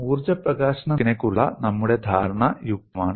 ഊർജ്ജ പ്രകാശന നിരക്കിനെക്കുറിച്ചുള്ള നമ്മുടെ ധാരണ യുക്തിസഹമാണ്